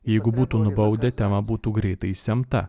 jeigu būtų nubaudę temą būtų greitai išsemta